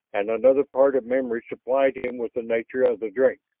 and another part of memory supplied him with the nature of the drink.